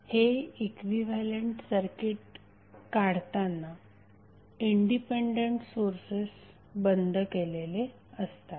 हे equivalent circuit काढताना independent sources बंद केलेले असतात